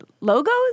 logos